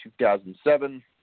2007